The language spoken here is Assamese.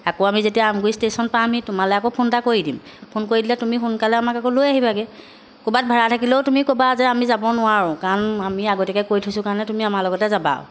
আকৌ আমি যেতিয়া আমগুৰি ষ্টেচন পামহি তোমালৈ আকৌ ফোন এটা কৰি দিম ফোন কৰি দিলে তুমি সোনকালে আমাক আকৌ লৈ আহিবাগৈ ক'ৰবাত ভাড়া থাকিলেও তুমি ক'বা যে আমি যাব নোৱাৰোঁ কাৰণ আমি আগতীয়াকৈ কৈ থৈছোঁ কাৰণে তুমি আমাৰ লগতে যাবা